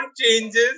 changes